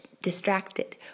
distracted